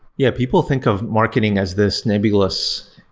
yeah, people think of marketing as this nebulous,